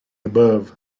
above